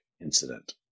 incident